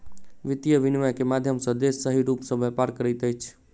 वित्तीय विनियम के माध्यम सॅ देश सही रूप सॅ व्यापार करैत अछि